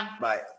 Bye